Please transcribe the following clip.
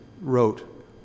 wrote